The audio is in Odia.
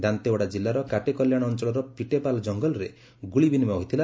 ଦାନ୍ତେୱାଡ଼ା କିଲ୍ଲାର କାଟେକଲ୍ୟାଣ ଅଞ୍ଚଳର ପିଟେପାଲ୍ ଜଙ୍ଗଲରେ ଗୁଳି ବିନିମୟ ହୋଇଥିଲା